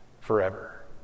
forever